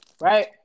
Right